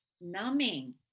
numbing